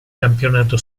campionato